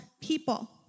people